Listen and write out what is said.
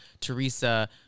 Teresa